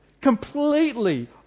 completely